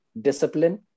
discipline